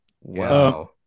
Wow